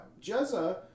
Jezza